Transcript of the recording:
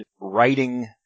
writing